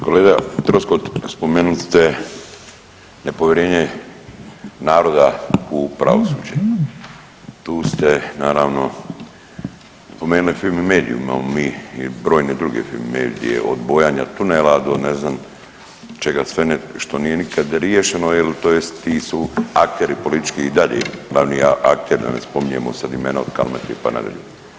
Kolega Troskot spomenuli ste nepovjerenje naroda u pravosuđe, tu ste naravno spomenuli Fimi mediju, imamo mi i brojne druge fimi medije od bojanja tunela do ne znam čega sve ne što nije nikad riješeno jel tj. ti su akteri politički i dalje glavni akter da ne spominjemo sad imena od Kalmete pa nadalje.